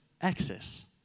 access